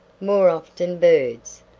more often birds,